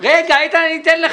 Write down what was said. תן לי